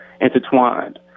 intertwined